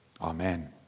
amen